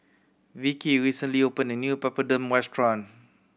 Vicki recently opened a new Papadum restaurant